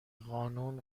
قانون